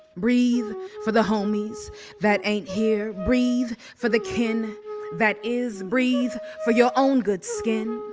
breathe for the homies that ain't here. breathe for the kin that is. breathe for your own good skin,